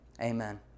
amen